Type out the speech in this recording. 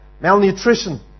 Malnutrition